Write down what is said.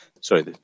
sorry